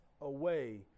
away